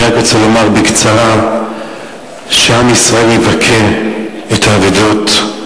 אני רק רוצה להגיד בקצרה שעם ישראל מבכה את האבדות,